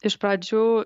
iš pradžių